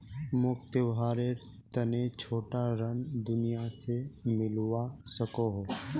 मोक त्योहारेर तने छोटा ऋण कुनियाँ से मिलवा सको हो?